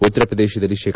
ಉತ್ತರ ಪ್ರದೇಶದಲ್ಲಿ ಶೇ